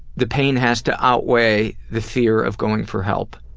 the pain has to outweigh the fear of going for help.